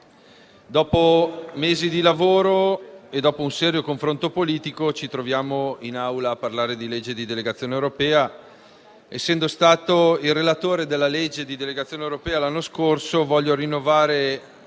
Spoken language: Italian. dopo mesi di lavoro e un serio confronto politico, ci troviamo in Aula a parlare della legge di delegazione europea. Essendo stato l'anno scorso il relatore della legge di delegazione europea, voglio rinnovare